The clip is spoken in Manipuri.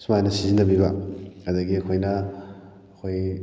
ꯁꯨꯃꯥꯏꯅ ꯁꯤꯖꯟꯅꯕꯤꯕ ꯑꯗꯨꯗꯒꯤ ꯑꯩꯈꯣꯏꯅ ꯑꯩꯈꯣꯏ